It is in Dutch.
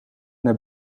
naar